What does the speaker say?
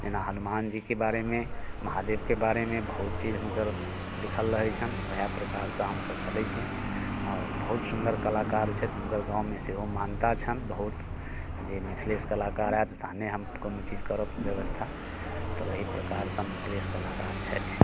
एना हनुमान जीके बारेमे महादेवके बारेमे बहुत चीज हुनकर लिखल रहै छनि वएह प्रकारसँ हमसब चलै छी आओर बहुत सुन्दर कलाकार छथि हुनकर गाँवमे सेहो मान्यता छनि बहुत जे मिथिलेश कलाकार आयत तहने हम कोनो चीज करब व्यवस्था तऽ ओही प्रकारसँ मिथिलेश कलाकार छथि